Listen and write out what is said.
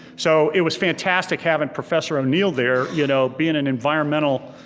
so it was fantastic having professor o'neill there, you know being an environmental